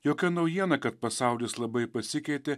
jokia naujiena kad pasaulis labai pasikeitė